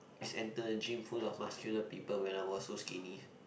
is enter a gym full of muscular people when I was so skinny